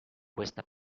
questa